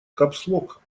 капслок